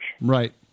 Right